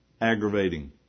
Aggravating